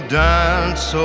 dance